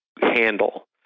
handle